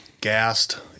gassed